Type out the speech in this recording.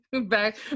Back